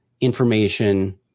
information